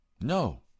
No